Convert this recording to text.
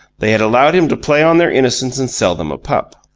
they had allowed him to play on their innocence and sell them a pup.